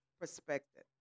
perspective